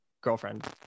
girlfriend